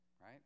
right